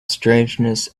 strangeness